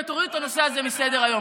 ותורידו את הנושא הזה מסדר-היום,